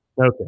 Okay